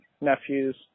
nephews